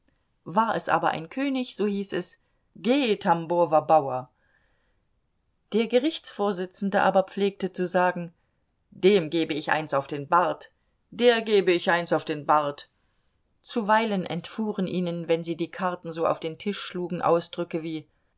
war es aber ein könig so hieß es geh tambower bauer der gerichtsvorsitzende aber pflegte zu sagen dem gebe ich eins auf den bart der gebe ich eins auf den bart zuweilen entfuhren ihnen wenn sie die karten so auf den tisch schlugen ausdrücke wie